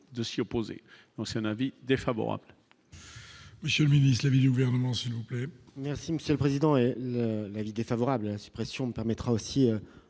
de s'y opposer, donc c'est un avis défavorable.